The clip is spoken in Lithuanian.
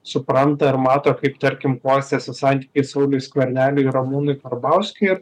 supranta ir mato kaip tarkim klostėsi santykis sauliui skverneliui ramūnui karbauskiui ir